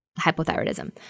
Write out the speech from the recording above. hypothyroidism